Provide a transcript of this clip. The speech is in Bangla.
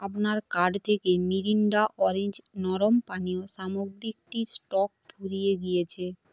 আপনার কার্ড থেকে মিরিন্ডা অরেঞ্জ নরম পানীয় সামগ্রীটির স্টক ফুরিয়ে গিয়েছে